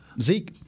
Zeke